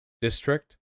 district